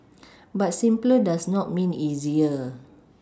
but simpler does not mean easier